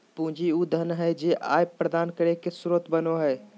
पूंजी उ धन हइ जे आय प्रदान करे के स्रोत बनो हइ